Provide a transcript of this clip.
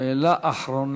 שאלה אחרונה.